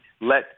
let